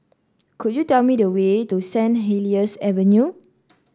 could you tell me the way to Saint Helier's Avenue